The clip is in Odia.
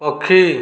ପକ୍ଷୀ